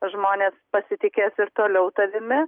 žmonės pasitikės ir toliau tavimi